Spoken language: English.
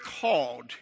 called